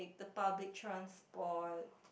public transport